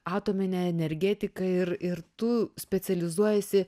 atominė energetika ir ir tu specializuojiesi